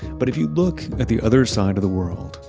but if you look at the other side of the world,